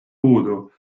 puudu